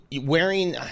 wearing